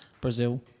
Brazil